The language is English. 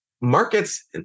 markets